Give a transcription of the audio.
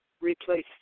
Replace